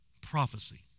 prophecy